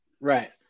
Right